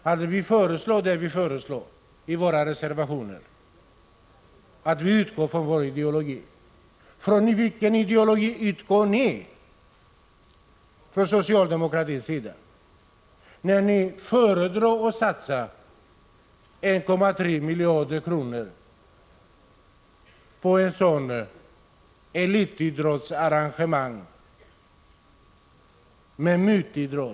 Naturligtvis menar vi vad vi framför i våra reservationer. Vi utgår från vår ideologi. Från vilken ideologi utgår socialdemokraterna när de föredrar att satsa 1.3 miljarder kronor på ett elitidrottsarrangemang med ”mutidrott”?